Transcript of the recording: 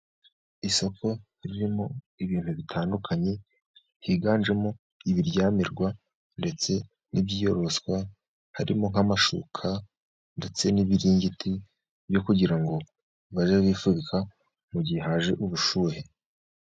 Isoko ririmo ibintu bitandukanye higanjemo ibiryamirwa ndetse n'ibyiyoroswa, harimo nk'amashuka ndetse n'ibiringiti, byo kugira ngo bajye bifubika mu gihe haje ubushyuhe.